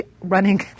running